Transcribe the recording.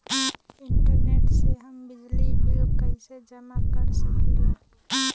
Internet से हम बिजली बिल कइसे जमा कर सकी ला?